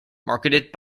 marketed